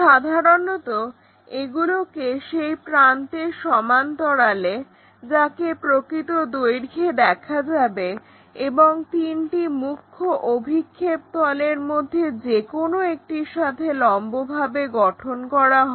সাধারণত এগুলোকে সেই প্রান্তের সমান্তরালে যাকে প্রকৃত দৈর্ঘ্যে দেখা যাবে এবং তিনটি মুখ্য অভিক্ষেপ তলের মধ্যে যেকোনো একটির সাথে লম্বভাবে গঠন করা হয়